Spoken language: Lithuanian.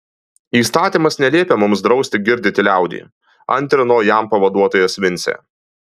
įstatymas neliepia mums drausti girdyti liaudį antrino jam pavaduotojas vincė